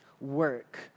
work